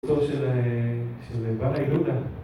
סרטו של בנאי לוקה